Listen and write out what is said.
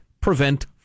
prevent